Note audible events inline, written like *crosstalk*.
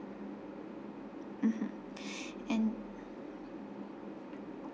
mmhmm *breath* and